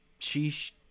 sheesh